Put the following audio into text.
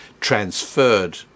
transferred